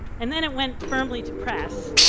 and then it went firmly to press.